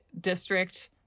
district